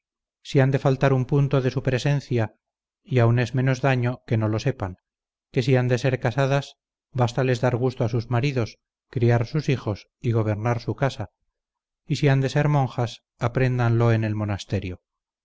han de faltar un punto de su presencia y aun es menos daño que no lo sepan que si han de ser casadas bástales dar gusto a sus maridos criar sus hijos y gobernar su casa y si han de ser monjas apréndanlo en el monasterio